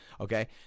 Okay